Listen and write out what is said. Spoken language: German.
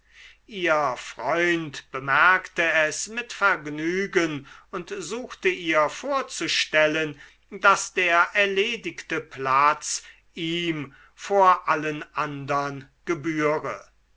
ihr freund bemerkte es mit vergnügen und suchte ihr vorzustellen daß der erledigte platz ihm vor allen andern gebühre